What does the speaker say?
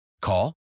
Call